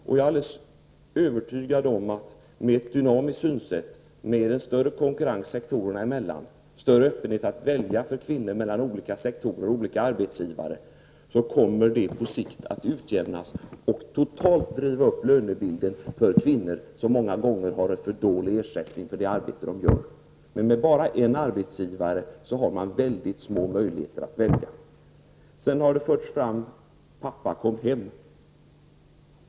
Jag är alldeles övertygad om att med ett dynamiskt synsätt, med en större konkurrens sektorerna emellan, och med större öppenhet för kvinnor att välja mellan olika sektorer och olika arbetsgivare kommer situationen på sikt att utjämnas och totalt driva upp lönebilden för kvinnor, som ju många gånger har för dålig ersättning för det arbete de utför. Men med bara en arbetsgivare har man mycket små möjligheter att välja. Här har talats om ''Pappa kom hem''.